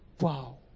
Wow